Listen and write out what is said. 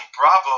Bravo